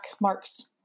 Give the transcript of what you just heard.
marks